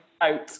out